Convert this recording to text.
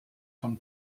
von